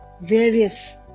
various